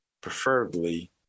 preferably